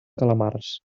calamars